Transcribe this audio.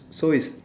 so it's